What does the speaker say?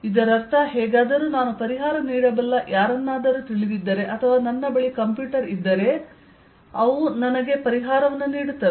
ಇದರರ್ಥ ಹೇಗಾದರೂ ನಾನು ಪರಿಹಾರನೀಡಬಲ್ಲ ಯಾರನ್ನಾದರೂ ತಿಳಿದಿದ್ದರೆ ಅಥವಾ ನನ್ನ ಬಳಿ ಕಂಪ್ಯೂಟರ್ ಇದ್ದರೆ ಅವು ನನಗೆ ಪರಿಹಾರವನ್ನು ನೀಡುತ್ತವೆ